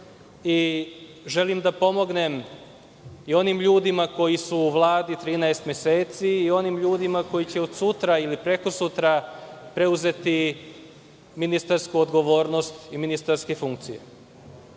i želim da pomognem i onim ljudima koji su u Vladi 13 meseci i onim ljudima koji će od sutra ili prekosutra preuzeti ministarsku odgovornost i ministarske funkcije. Mislim